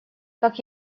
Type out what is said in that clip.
как